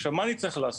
עכשיו מה אני צריך לעשות?